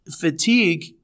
fatigue